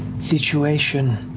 situation.